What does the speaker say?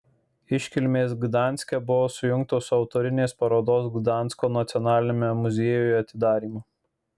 iškilmės gdanske buvo sujungtos su autorinės parodos gdansko nacionaliniame muziejuje atidarymu